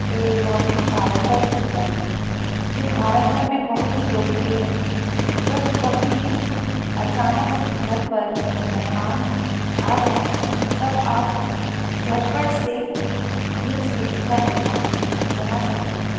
एवं पारंपरिक मिठाई है जो भारतभर में बहुत ही लोकप्रिय है जब कभी भी अचानक से घर पर मेहमान आ जाएँ तब आप झटपट से यह सूजी का हलवा बना सकते हैं